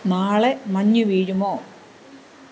നാളെ മഞ്ഞ് വീഴുമോ